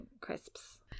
crisps